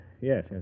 yes